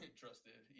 trusted